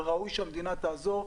וראוי שהמדינה תעזור,